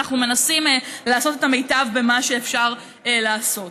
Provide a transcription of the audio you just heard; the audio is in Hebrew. אנחנו מנסים לעשות את המיטב במה שאפשר לעשות.